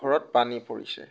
ঘৰত পানী পৰিছে